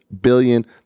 billion